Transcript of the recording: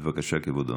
בבקשה, כבודו.